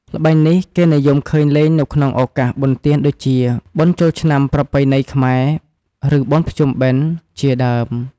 ល្បែងនេះ គេនិយមឃើញលេងនៅក្នុងឱកាសបុណ្យទានដូចជា បុណ្យចូលឆ្នាំប្រពៃណីខ្មែរ ឬបុណ្យភ្ជុំបិណ្ឌ ជាដើម។